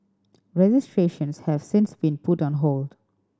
registrations have since been put on hold